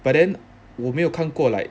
but then 我没有看过 like